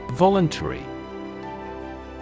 Voluntary